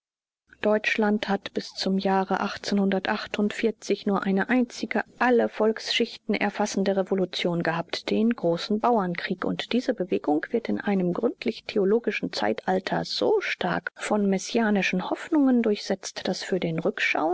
deutschland hat bis zum jahre nur eine einzige alle volksschichten erfassende revolution gehabt den großen bauernkrieg und diese bewegung wird in einem gründlich theologischen zeitalter so stark von messianischen hoffnungen durchsetzt daß für den